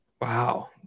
wow